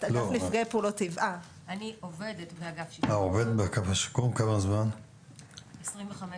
אני עובדת באגף השיקום כבר 25 שנים.